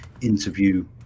interview